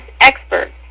expert